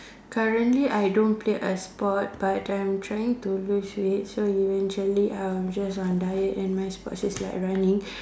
currently I don't play a sport but I am trying to lose weight so eventually I will just on diet and my sports is like running